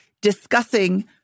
discussing